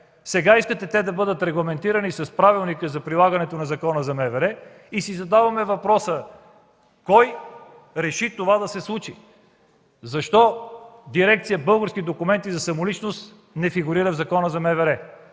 Сега искате те да бъдат регламентирани с Правилника за прилагането на Закона за МВР и си задаваме въпроса: кой реши това да се случи? Защо Дирекция „Български документи за самоличност” не фигурира в Закона за МВР?